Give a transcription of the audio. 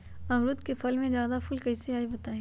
अमरुद क फल म जादा फूल कईसे आई बताई?